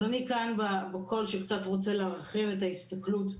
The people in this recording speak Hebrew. אז אני כאן בקול שקצת רוצה להרחיב את ההסתכלות.